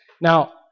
Now